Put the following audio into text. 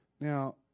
Now